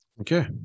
Okay